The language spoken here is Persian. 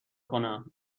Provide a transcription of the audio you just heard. کنم